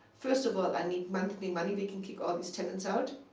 first of all, i need monthly money. we can kick all these tenants out.